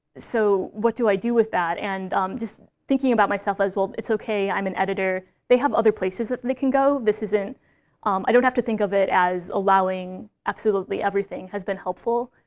so what do i do with that? and just thinking about myself as, well, it's ok, i'm an editor. they have other places that they can go. this isn't i don't have to think of it as allowing absolutely everything, has been helpful.